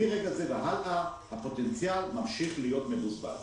מרגע זה והלאה, הפוטנציאל ממשיך להיות מבוזבז.